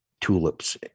tulips